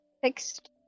fixed